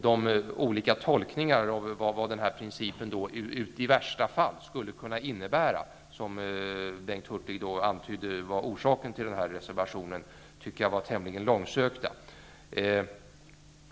De olika tolkningar av vad denna princip i värsta fall skulle kunna innebära, som Bengt Hurtig antydde var orsaken till reservationen, tycker jag var utomordentligt långsökta.